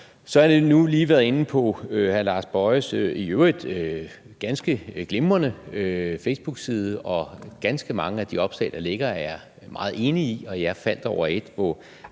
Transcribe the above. Jeg har lige været inde på hr. Lars Boje Mathiesens i øvrigt ganske glimrende facebookside, og ganske mange af de facebookopslag, der ligger der, er jeg meget enig i. Jeg faldt over et, hvor